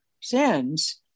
sins